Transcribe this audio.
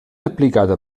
applicata